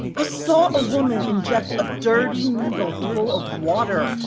i saw a woman inject a dirty needle full of water,